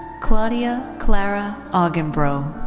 claudia clara augenbroe.